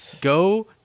go